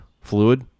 Fluid